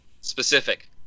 specific